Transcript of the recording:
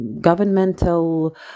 ...governmental